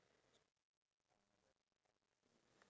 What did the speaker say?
a memorable experience